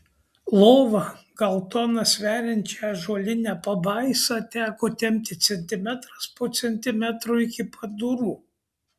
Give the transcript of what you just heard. lova gal toną sveriančią ąžuolinę pabaisą teko tempti centimetras po centimetro iki pat durų